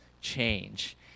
change